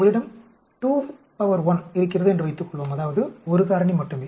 உங்களிடம் 21 இருக்கிறது என்று வைத்துக்கொள்வோம் அதாவது 1 காரணி மட்டுமே